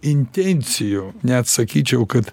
intencijų net sakyčiau kad